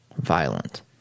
violent